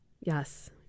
Yes